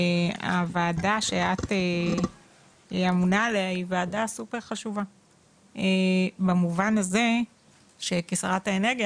הוועדה שאת אמונה עליה היא ועדה סופר חשובה במובן הזה שכשרת האנרגיה